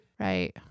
Right